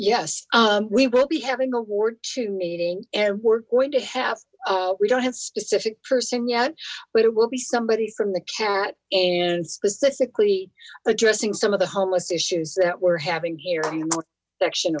yes we will be having a ward two meeting and we're going to have we don't have specific person yet but it will be somebody from the cat and specifically addressing some of the homeless issues that we're having here section